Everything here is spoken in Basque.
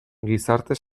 gizarte